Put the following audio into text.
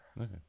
Okay